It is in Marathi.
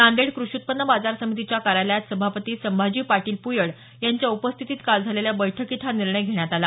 नांदेड कृषि उत्पन्न बाजार समितीच्या कार्यालयात सभापती संभाजी पाटील पुयड यांच्या उपस्थितीत काल झालेल्या बैठकीत हा निर्णय घेण्यात आला